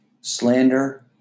Slander